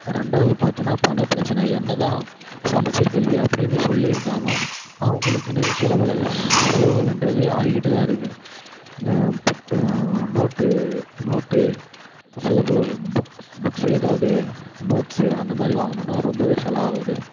ரெண்டாவது பார்த்தோனா பணப் பிரச்சினை என்னதான் சமச்சீர்கல்வி அப்படினு சொல்லியிருந்தாலும் அவங்களுக்குனு சிலபல செலவுகள்ன்றது ஆகிக்கிட்டுதான் இருக்குதி நோட்டு நோட்டு சிலபல புக்ஸ் புக்ஸ் ஏதாவுது நோட்ஸ் அந்தமாதிரி வாங்கணும்னா ரொம்பவே செலவாகுது